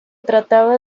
trataba